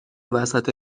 وسط